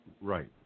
Right